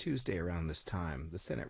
tuesday around this time the senate